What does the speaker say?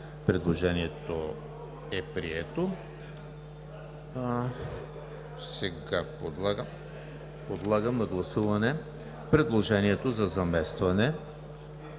Предложението е прието. Подлагам на гласуване предложението за заместване